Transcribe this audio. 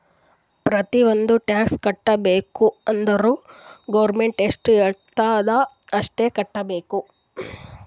ಪ್ರತಿ ಒಂದ್ ಟ್ಯಾಕ್ಸ್ ಕಟ್ಟಬೇಕ್ ಅಂದುರ್ ಗೌರ್ಮೆಂಟ್ ಎಷ್ಟ ಹೆಳ್ತುದ್ ಅಷ್ಟು ಕಟ್ಟಬೇಕ್